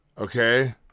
Okay